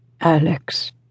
Alex